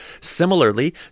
Similarly